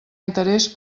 interès